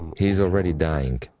he is already dying.